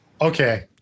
Okay